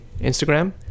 instagram